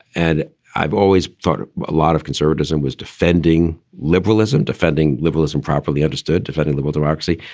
and i've always thought a lot of conservatism was defending liberalism, defending liberalism properly. understood, defending liberty, roxy.